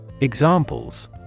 Examples